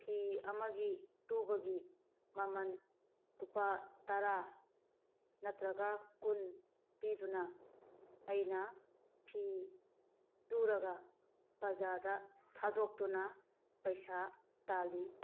ꯐꯤ ꯑꯃꯒꯤ ꯇꯨꯕꯒꯤ ꯃꯃꯜ ꯂꯨꯄꯥ ꯇꯔꯥ ꯅꯠꯇ꯭ꯔꯒ ꯀꯨꯟ ꯄꯤꯗꯨꯅ ꯑꯩꯅ ꯐꯤ ꯇꯨꯔꯒ ꯕꯖꯥꯔꯗ ꯊꯥꯗꯣꯛꯇꯨꯅ ꯄꯩꯁꯥ ꯇꯥꯜꯂꯤ